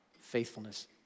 faithfulness